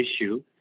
issue